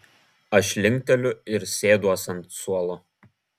aš linkteliu ir sėduos ant suolo